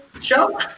show